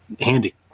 handy